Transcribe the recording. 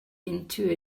into